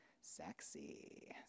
Sexy